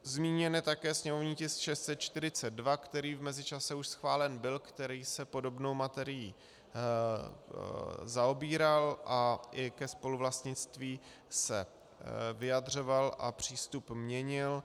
Zmíněn je také sněmovní tisk 642, který v mezičase už schválen byl, který se podobnou materií zaobíral a i ke spoluvlastnictví se vyjadřoval a přístup měnil.